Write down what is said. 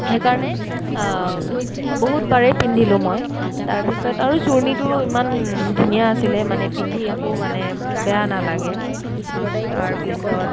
সেইকাৰণে বহুতবাৰেই পিন্ধিলোঁ মই তাৰপিছত আৰু চূৰ্ণিটোৰো ইমান ধুনীয়া আছিলে মানে পিন্ধি একো মানে বেয়া নালাগে তাৰপিছত